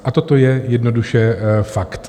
A toto je jednoduše fakt.